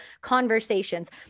conversations